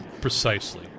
Precisely